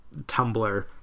Tumblr